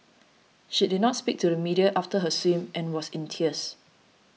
she did not speak to the media after her swim and was in tears